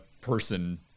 person